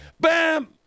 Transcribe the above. Bam